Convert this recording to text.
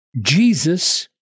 Jesus